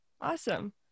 Awesome